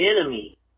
enemy